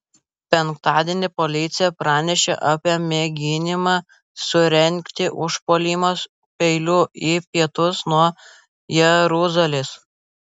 penktadienį policija pranešė apie mėginimą surengti užpuolimą peiliu į pietus nuo jeruzalės